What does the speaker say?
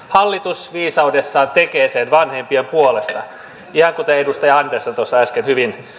hallitus viisaudessaan tekee sen vanhempien puolesta ihan kuten edustaja andersson tuossa äsken hyvin